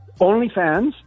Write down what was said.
OnlyFans